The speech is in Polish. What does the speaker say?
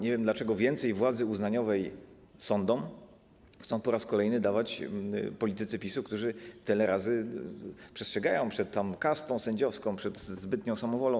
Nie wiem, dlaczego więcej władzy uznaniowej sądom chcą po raz kolejny dawać politycy PiS-u, którzy tyle razy przestrzegają przed tą kastą sędziowską, przed zbytnią samowolą.